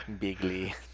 bigly